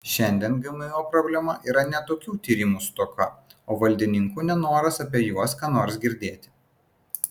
šiandien gmo problema yra ne tokių tyrimų stoka o valdininkų nenoras apie juos ką nors girdėti